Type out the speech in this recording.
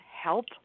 help